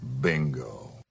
Bingo